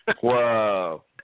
Whoa